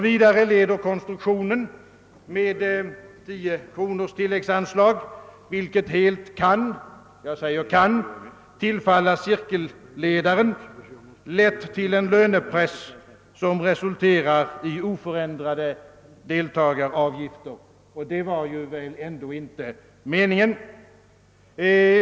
Vidare leder konstruktionen med 10 kronors tilläggsanslag — vilket helt kan, jag säger kan, tillfalla cirkelledaren — lätt till en lönepress som kan resultera i oförändrade deltagaravgifter, och det var väl ändå inte meningen.